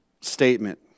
statement